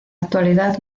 actualidad